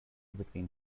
between